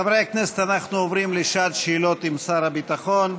חברי הכנסת, אנחנו עוברים לשעת שאלות לשר הביטחון.